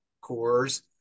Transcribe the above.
cores